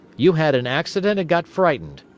you had an accident and got frightened.